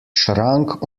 schrank